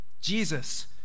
Jesus